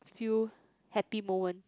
few happy moment